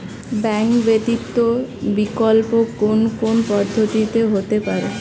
Bank ব্যতীত বিকল্প কোন কোন পদ্ধতিতে হতে পারে?